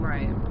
Right